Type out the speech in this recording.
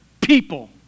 people